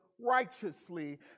righteously